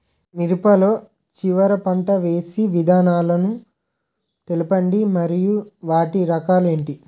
మిరప లో చివర పంట వేసి విధానాలను తెలపండి మరియు వాటి రకాలు ఏంటి